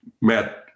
Matt